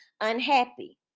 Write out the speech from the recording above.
unhappy